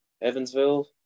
Evansville